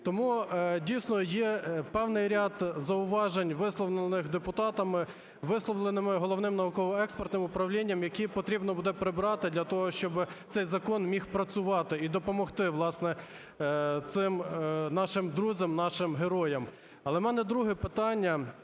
Тому, дійсно, є певний ряд зауважень, висловлених депутатами, висловлених Головним науково-експертним управлінням, які потрібно буде прибрати для того, щоб цей закон міг працювати і допомогти, власне, цим нашим друзям, нашим героям. Але в мене друге питання,